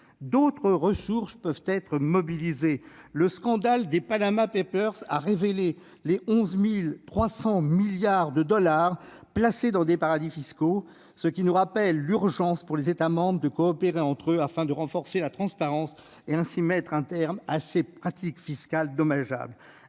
D'autres ressources peuvent être mobilisées : le scandale des, qui a révélé que 11 300 milliards de dollars étaient placés dans des paradis fiscaux, nous rappelle l'urgence pour les États membres de coopérer entre eux afin de renforcer la transparence et, ainsi, de mettre un terme à ces pratiques fiscales dommageables.